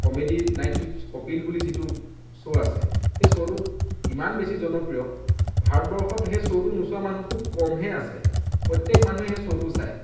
comedy night with Kapil বুলি যিটো show আছে সেই শ্ব'টোত ইমান বেছি জনপ্ৰিয় ভাৰতবৰ্ষত সেই শ্ব'টো নোচোৱা মানুহ খুব কমহে আছে প্ৰত্য়েক মানুহে সেই শ্ব'টো চায়